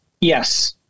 Yes